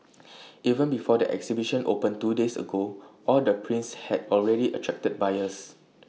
even before the exhibition opened two days ago all their prints had already attracted buyers